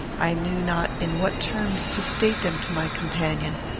i knew not in what terms to state them to my companion,